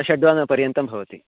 षड्वानपर्यन्तं भवति